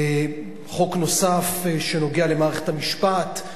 חוק נוסף שנוגע למערכת המשפט,